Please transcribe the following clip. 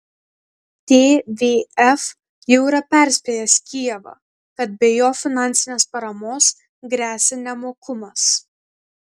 tvf jau yra perspėjęs kijevą kad be jo finansinės paramos gresia nemokumas